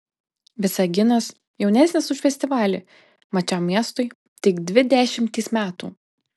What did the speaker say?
visaginas jaunesnis už festivalį mat šiam miestui tik dvi dešimtys metų